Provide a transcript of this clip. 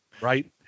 Right